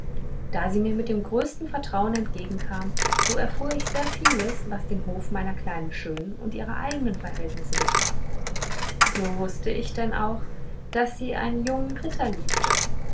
da sie mir mit dem größten vertrauen entgegenkam so erfuhr ich sehr vieles was den hof meiner kleinen schönen und ihre eignen verhältnisse betraf so mußte ich denn auch daß sie einen jungen ritter liebte